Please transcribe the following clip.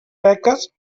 beques